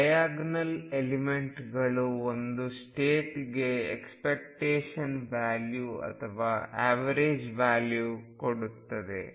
diagonal ಎಲಿಮೆಂಟ್ಗಳು ಒಂದು ಸ್ಟೇಟ್ಗೆ ಎಕ್ಸ್ಪೆಕ್ಟೇಶನ್ ವ್ಯಾಲ್ಯೂ ಅಥವಾ ಎವರೇಜ್ ವ್ಯಾಲ್ಯೂ ಕೊಡುತ್ತದೆ